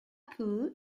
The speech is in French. peu